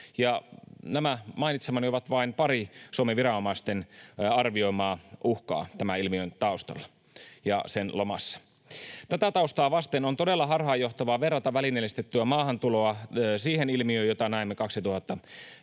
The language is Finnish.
nämä mainitsemani ovat vain pari Suomen viranomaisten arvioimaa uhkaa tämän ilmiön taustalla ja sen lomassa. Tätä taustaa vasten on todella harhaanjohtavaa verrata välineellistettyä maahantuloa siihen ilmiöön, jota näimme 2015.